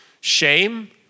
Shame